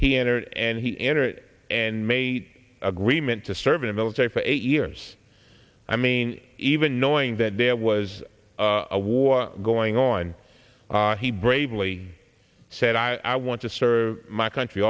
he entered and he entered and made agreement to serve in the military for eight years i mean even knowing that there was a war going on he bravely said i want to serve my country